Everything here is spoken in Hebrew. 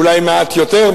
אולי מעט יותר,